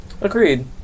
Agreed